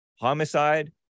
homicide